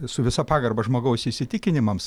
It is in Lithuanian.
su visa pagarba žmogaus įsitikinimams